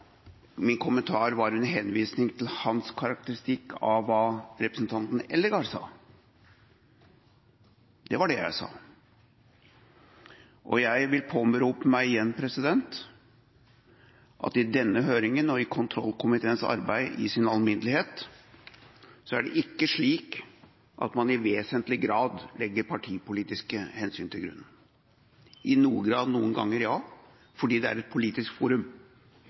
Det var det jeg sa. Jeg vil igjen påberope meg at i denne høringen og i kontrollkomiteens arbeid i sin alminnelighet er det ikke slik at man i vesentlig grad legger partipolitiske hensyn til grunn – noen ganger i noen grad, ja, fordi det er et politisk forum